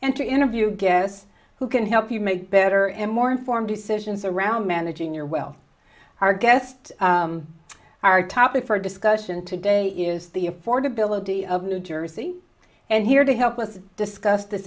to interview guess who can help you make better and more informed decisions around managing your wealth our guest our topic for discussion today is the affordability of new jersey and here to help us discuss this